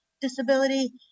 disability